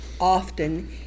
Often